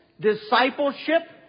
discipleship